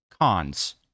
Cons